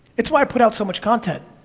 it's why i put out so much content.